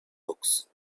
books